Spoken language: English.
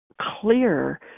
clear